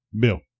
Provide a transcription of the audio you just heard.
bill